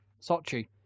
Sochi